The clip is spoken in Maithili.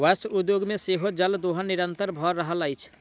वस्त्र उद्योग मे सेहो जल दोहन निरंतन भ रहल अछि